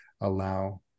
allow